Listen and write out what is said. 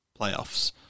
playoffs